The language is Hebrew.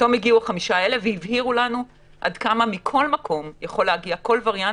פתאום הגיעו 5 אלה והבהירו לנו עד כמה מכל מקום יכול להגיע כל וריאנט,